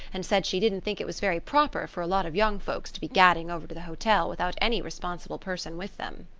and said she didn't think it was very proper for a lot of young folks to be gadding over to the hotel without any responsible person with them.